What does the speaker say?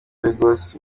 lagos